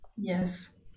yes